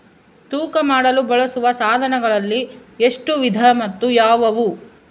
ತೂಕ ಮಾಡಲು ಬಳಸುವ ಸಾಧನಗಳಲ್ಲಿ ಎಷ್ಟು ವಿಧ ಮತ್ತು ಯಾವುವು?